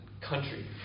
country